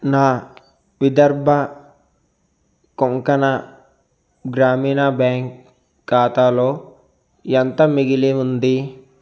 నా విదర్భ కొంకణ గ్రామీణ బ్యాంక్ ఖాతాలో ఎంత మిగిలి ఉంది